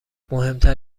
مهمتر